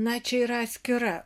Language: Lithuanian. na čia yra atskira